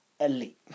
elite